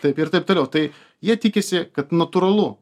taip ir taip toliau tai jie tikisi kad natūralu